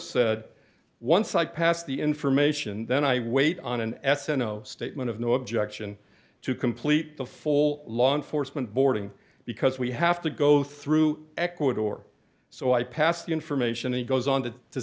said once i pass the information then i wait on an s f statement of no objection to complete the full law enforcement boarding because we have to go through ecuador so i pass the information and goes on to